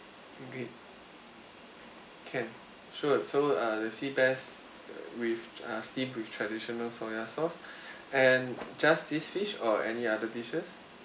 okay can sure so uh the seabass err with uh seafood traditional soy sauce and just this fish or any other dishes